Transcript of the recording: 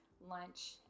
lunch